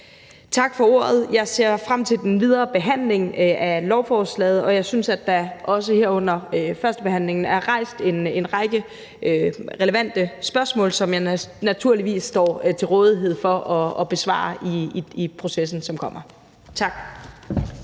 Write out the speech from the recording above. Tak for ordet. Jeg ser frem til den videre behandling af lovforslaget, og jeg synes, at der også her under førstebehandlingen er rejst en række relevante spørgsmål, som jeg naturligvis står til rådighed for at besvare i processen, som kommer. Tak.